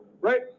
right